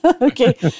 Okay